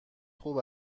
خوب